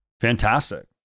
fantastic